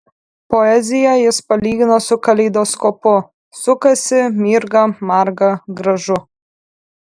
poeziją jis palygino su kaleidoskopu sukasi mirga marga gražu